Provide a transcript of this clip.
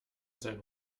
sein